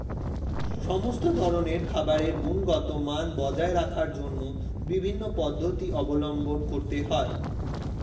সমস্ত ধরনের খাবারের গুণগত মান বজায় রাখার জন্য বিভিন্ন পদ্ধতি অবলম্বন করতে হয়